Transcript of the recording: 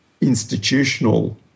institutional